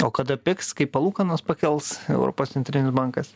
o kada pigs kai palūkanas pakels europos centrinis bankas